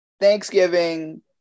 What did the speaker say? Thanksgiving